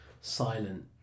silent